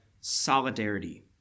solidarity